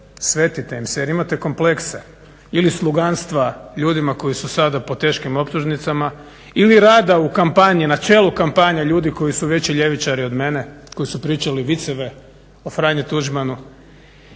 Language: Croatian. svetite im se jer imate komplekse. Ili sluganstva ljudima koji su sada pod teškim optužnicama ili rada u kampanji, na čelu kampanje ljudi koji su veći ljevičari od mene, koji su pričali viceve o Franji Tuđmanu